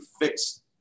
fix